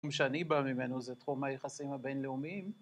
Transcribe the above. תחום שאני בא ממנו זה תחום היחסים הבינלאומיים